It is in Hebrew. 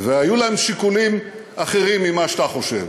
והיו להן שיקולים אחרים ממה שאתה חושב.